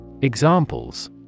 Examples